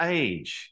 age